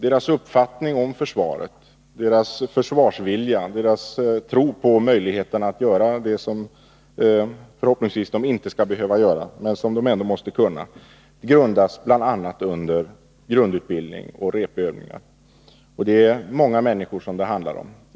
Deras uppfattning om försvaret, deras försvarsvilja och deras tro på möjligheten att göra det som de förhoppningsvis inte skall behöva göra men som de ändå måste kunna, grundläggs bl.a. under grundutbildning och repövningar. Det är många människor som det handlar om.